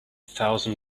thousand